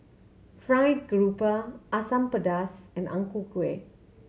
fried grouper Asam Pedas and Ang Ku Kueh